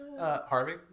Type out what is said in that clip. Harvey